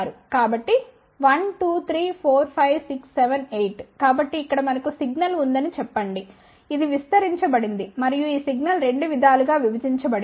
కాబట్టి 1 2 3 4 5 6 7 8 కాబట్టి ఇక్కడ మనకు సిగ్నల్ ఉందని చెప్పండి ఇది విస్తరించబడింది మరియు ఈ సిగ్నల్ రెండు విధాలుగా విభజించబడింది